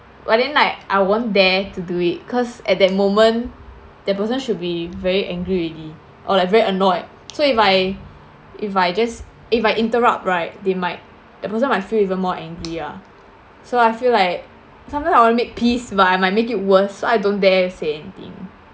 but then like I won't dare to do it cause at that moment the person should be very angry already or like very annoyed so if I if I just if I interrupt right they might the person might feel even more angry ah so I feel like sometimes I want to make peace but I might make it worst so I don't dare say anything